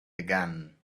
again